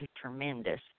Tremendous